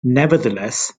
nevertheless